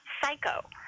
Psycho